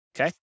Okay